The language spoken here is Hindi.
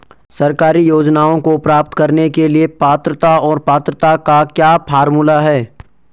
सरकारी योजनाओं को प्राप्त करने के लिए पात्रता और पात्रता का क्या फार्मूला है?